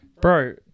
bro